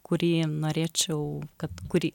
kurį norėčiau kad kurį